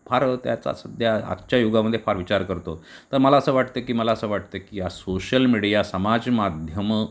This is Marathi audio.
फार त्याचा सध्या आजच्या युगामध्ये फार विचार करतो तर मला असं वाटते की मला असं वाटते की या सोशल मीडिया समाज माध्यमं